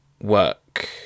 work